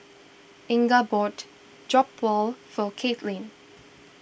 Inga bought Jokbal for Kaelyn